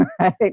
right